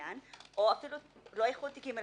או אפילו לא איחוד תיקים,